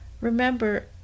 Remember